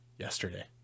yesterday